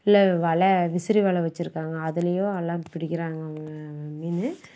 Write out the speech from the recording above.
இல்லை வலை விசிறி வலை வச்சுருக்காங்க அதுலேயோ எல்லாம் பிடிக்குறாங்க அவங்க மீன்